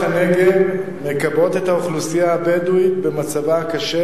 מקבעות את האוכלוסייה הבדואית במצבה הקשה